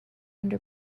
under